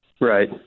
Right